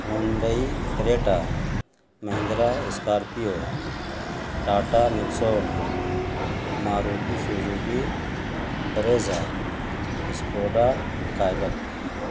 Hyundai Creta Mahindra Scorpio Tata Nexon Maruti Suzuki Brezza Skoda Kylaq